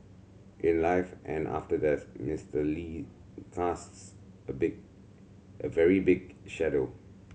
in life and after death Mister Lee casts a big a very big shadow